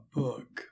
book